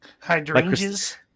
hydrangeas